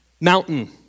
mountain